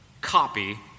copy